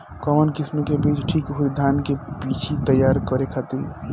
कवन किस्म के बीज ठीक होई धान के बिछी तैयार करे खातिर?